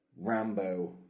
Rambo